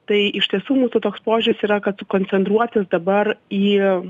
tai iš tiesų mūsų toks požiūris yra kad sukoncentruotis dabar į